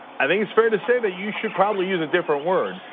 i think it's fair to say that you should probably use a different word.